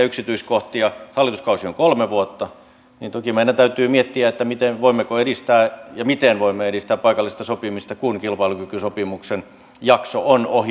hallituskausi on kolme vuotta ja toki meidän täytyy miettiä voimmeko edistää ja miten voimme edistää paikallista sopimista kun kilpailukykysopimuksen jakso on ohi